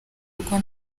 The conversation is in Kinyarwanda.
kuko